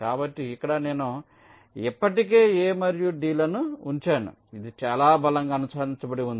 కాబట్టి ఇక్కడ నేను ఇప్పటికే A మరియు D లను ఉంచాను ఇది చాలా బలంగా అనుసంధానించబడి ఉంది